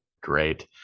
great